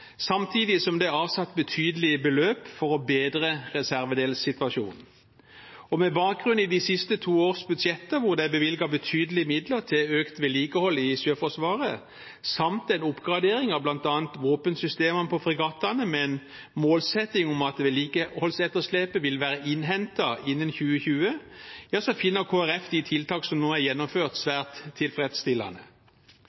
samtidig som det er avsatt betydelige beløp for å bedre reservedelssituasjonen. Med bakgrunn i de siste to års budsjetter, hvor det er bevilget betydelige midler til økt vedlikehold i Sjøforsvaret, samt en oppgradering av bl.a. våpensystemene på fregattene med en målsetting om at vedlikeholdsetterslepet vil være innhentet innen 2020, finner Kristelig Folkeparti de tiltakene som nå er gjennomført,